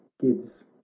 gives